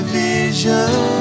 vision